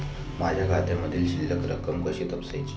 माझ्या खात्यामधील शिल्लक रक्कम कशी तपासायची?